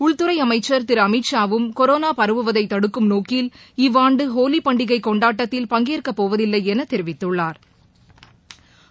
உள்துறை அமைச்சா் திரு அமித்ஷாவும் கொரோளா பரவுவதை தடுக்கும் நோக்கில் இவ்வாண்டு ஹோலி பண்டிகை கொண்டாட்டத்தில் பங்கேற்க போவதில்லை என தெரிவித்துள்ளாா்